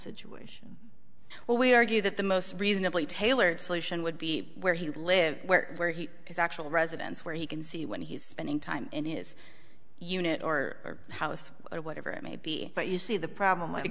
situation well we argue that the most reasonably tailored solution would be where he live where where he has actual residence where he can see when he's spending time in his unit or house or whatever it may be but you see the problem